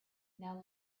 now